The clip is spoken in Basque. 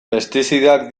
pestizidak